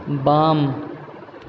बाम